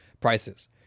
prices